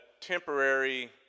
temporary